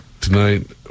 tonight